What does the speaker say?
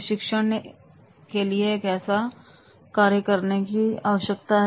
प्रशिक्षण के लिए ऐसा करने की आवश्यकता है